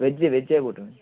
veggie வெஜ்ஜியே போட்டுருங்கள்